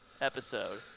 episode